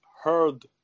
heard